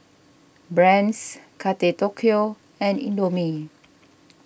Brand's Tokyo and Indomie